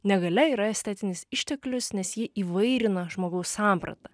negalia yra estetinis išteklius nes ji įvairina žmogaus samprata